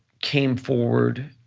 came forward,